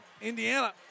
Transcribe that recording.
Indiana